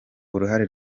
uruhare